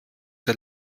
der